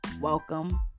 welcome